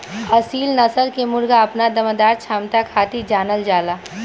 असील नस्ल के मुर्गा अपना दमदार क्षमता खातिर जानल जाला